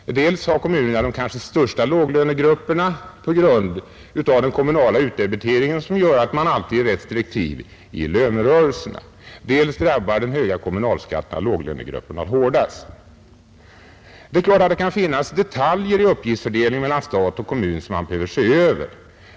Dels har kommunerna de kanske största låglönegrupperna på grund av den kommunala utdebiteringen, som gör att man alltid är restriktiv i lönerörelserna, dels drabbar den höga kommunalskatten låglönegrupperna hårdast. Det kan naturligtvis finnas detaljer i uppgiftsfördelningen mellan stat och kommun som behöver ses över.